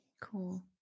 cool